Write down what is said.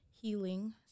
healing